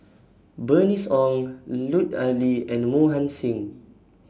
Bernice Ong Lut Ali and Mohan Singh